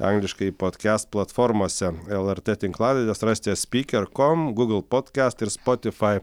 angliškai podkest platformose lrt tinklalaides rasite spyker kom gūgl podkest ir spotifai